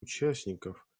участников